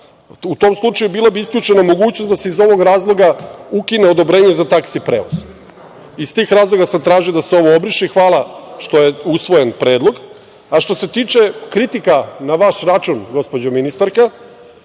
U tom slučaju bila bi isključena mogućnost da se iz ovog razloga ukine odobrenje za taksi prevoz. Iz tih razloga sam tražio da se ovo obriše i hvala što je usvojen predlog. Što se tiče kritika na vaš račun, gospođo ministarka,